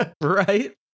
Right